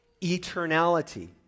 eternality